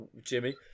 Jimmy